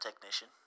technician